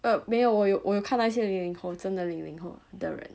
err 没有我有我有看到一些零零后真的零零后的人